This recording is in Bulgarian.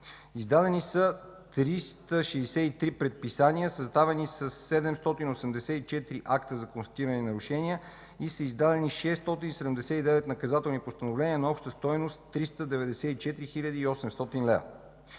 Издадени са 363 предписания, съставени са 784 акта за констатирани нарушения и са издадени 679 наказателни постановления на обща стойност 394 хил.